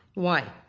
why?